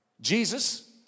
Jesus